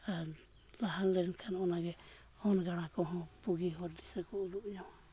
ᱟᱨ ᱞᱟᱦᱟ ᱞᱮᱱᱠᱷᱟᱱ ᱚᱱᱟᱜᱮ ᱦᱚᱱ ᱜᱟᱬᱟ ᱠᱚᱦᱚᱸ ᱵᱩᱜᱤ ᱦᱚᱨ ᱫᱤᱥᱟᱹ ᱠᱚ ᱩᱫᱩᱜ ᱧᱟᱢᱟ